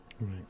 Right